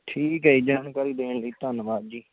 ਠੀਕ ਹੈ ਜੀ ਜਾਣਕਾਰੀ ਦੇਣ ਲਈ ਧੰਨਵਾਦ ਜੀ